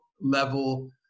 level